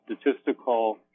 statistical